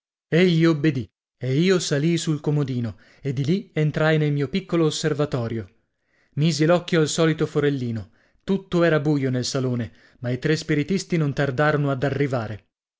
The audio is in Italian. egli obbedì e io salii sul comodino e di lì entrai nel mio piccolo osservatorio misi l'occhio al solito forellino tutto era buio nel salone ma i tre spiritisti non tardarono ad arrivare